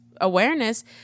awareness